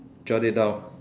jot it down